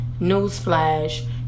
Newsflash